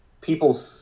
people